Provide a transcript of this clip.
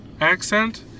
accent